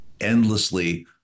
endlessly